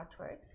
artworks